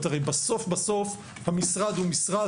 הרי בסוף המשרד הוא משרד,